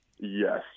Yes